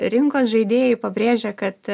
rinkos žaidėjai pabrėžė kad